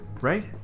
right